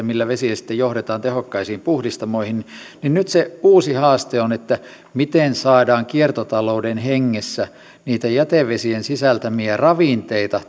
millä vesiä sitten johdetaan tehokkaisiin puhdistamoihin niin nyt se uusi haaste on miten saadaan kiertotalouden hengessä niitä jätevesien sisältämiä ravinteita